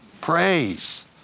praise